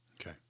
Okay